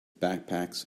backpacks